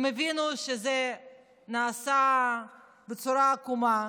הם הבינו שזה נעשה בצורה עקומה,